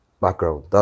Background